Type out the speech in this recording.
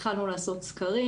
התחלנו לעשות סקרים,